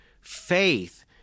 faith